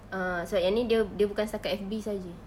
err sebab yang ini dia dia bukan setakat F_B sahaja